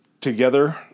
together